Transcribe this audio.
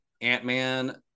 Ant-Man